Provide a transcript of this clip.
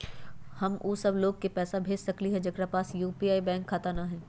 हम उ सब लोग के पैसा भेज सकली ह जेकरा पास यू.पी.आई बैंक खाता न हई?